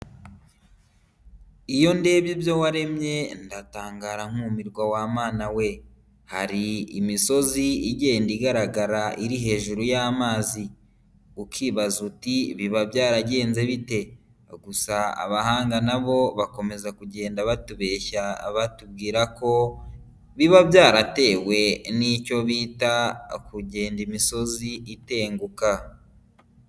Iyo ndebye ibyo waremye ndatangara nkumirwa wa Mana we, hari imisozi igenda igaragara iri hejuru y'amazi, ukibaza uti biba byaragenze bite? gusa abahanga na bo bakomeza kugenda batubeshya batubwira ko biba byaratewe n'icyo bita kugenda imisozi itenguka.